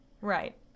Right